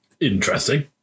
interesting